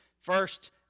First